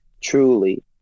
truly